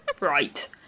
Right